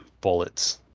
bullets